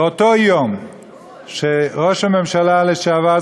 באותו יום שראש הממשלה לשעבר,